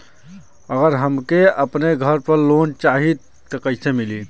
अगर हमके अपने घर पर लोंन चाहीत कईसे मिली?